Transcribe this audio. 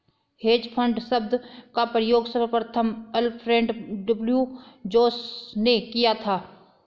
hedge fund शब्द का प्रयोग सर्वप्रथम अल्फ्रेड डब्ल्यू जोंस ने किया था